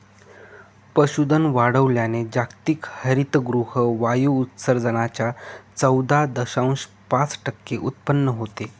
पशुधन वाढवल्याने जागतिक हरितगृह वायू उत्सर्जनाच्या चौदा दशांश पाच टक्के उत्पन्न होते